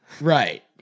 right